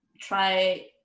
try